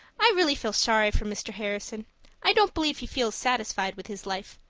i really feel sorry for mr. harrison i don't believe he feels satisfied with his life.